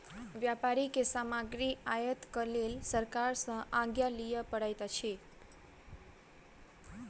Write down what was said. व्यापारी के सामग्री आयातक लेल सरकार सॅ आज्ञा लिअ पड़ैत अछि